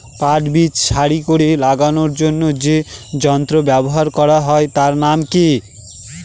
পাট বীজ সারি করে লাগানোর জন্য যে যন্ত্র ব্যবহার হয় তার নাম কি?